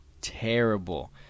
terrible